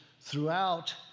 throughout